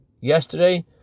yesterday